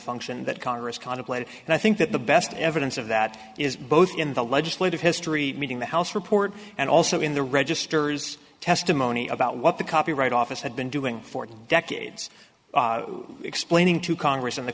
function that congress contemplated and i think that the best evidence of that is both in the legislative history meaning the house report and also in the register's testimony about what the copyright office had been doing for decades explaining to congress in the